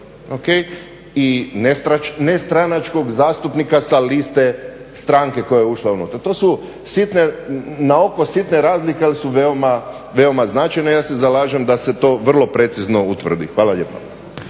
i nestranačkog zastupnika sa liste stranke koja je ušla unutra. To su naoko sitne razlike, ali su veoma značajne. Ja se zalažem da se to vrlo precizno utvrdi. Hvala lijepa.